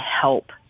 help